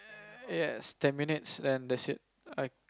yes ten minutes and that's it I